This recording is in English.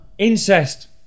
Incest